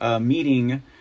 meeting